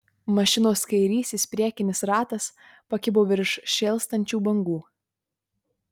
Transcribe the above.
mašinos kairysis priekinis ratas pakibo virš šėlstančių bangų